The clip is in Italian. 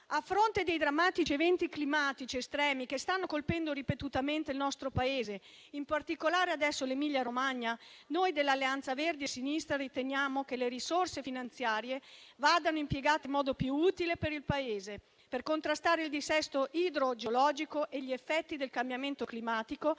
A fronte dei drammatici eventi climatici estremi che stanno colpendo ripetutamente il nostro Paese, in particolare adesso l'Emilia-Romagna, noi dell'Alleanza Verdi e Sinistra riteniamo che le risorse finanziarie vadano impiegate in modo più utile per il Paese, per contrastare il dissesto idrogeologico e gli effetti del cambiamento climatico